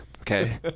Okay